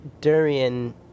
Durian